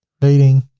rating